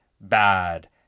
bad